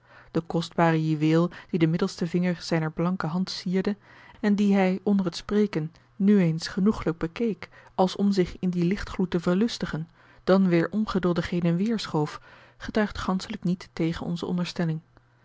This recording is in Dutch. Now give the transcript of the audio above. de kostbare juweel die den middelsten vinger zijner blanke hand sierde en dien hij onder het spreken nu eens genoeglijk bekeek als om zich in dien lichtgloed te verlustigen dan weêr ongeduldig heen en weêr schoof getuigt ganschelijk niet tegen onze onderstelling